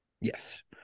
Yes